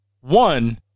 One